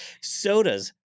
Sodas